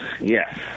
Yes